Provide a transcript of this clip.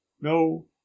no